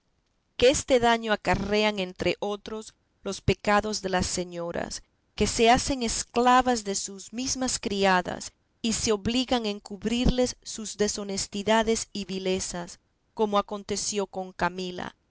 que este daño acarrean entre otros los pecados de las señoras que se hacen esclavas de sus mesmas criadas y se obligan a encubrirles sus deshonestidades y vilezas como aconteció con camila